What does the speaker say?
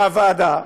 והוועדה,